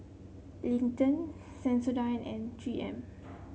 Lindt Sensodyne and Three M